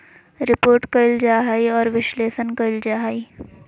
report कइल जा हइ और विश्लेषण कइल जा हइ